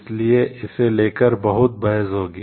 इसलिए इसे लेकर बहुत बहस होगी